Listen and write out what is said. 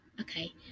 okay